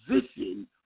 position